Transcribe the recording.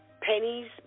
pennies